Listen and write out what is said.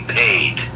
paid